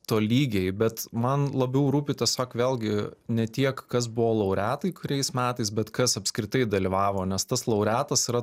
tolygiai bet man labiau rūpi tas vat vėlgi ne tiek kas buvo laureatai kuriais metais bet kas apskritai dalyvavo nes tas laureatas yra